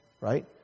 Right